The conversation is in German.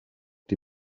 die